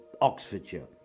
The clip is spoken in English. Oxfordshire